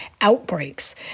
outbreaks